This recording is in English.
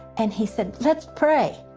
and they said let's pray.